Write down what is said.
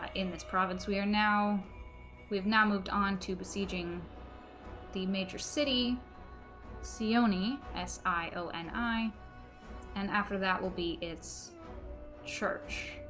in this province we are now we've now moved on to besieging the major city sione s io and i and after that we'll be it's church